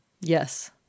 Yes